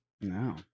No